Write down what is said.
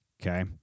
Okay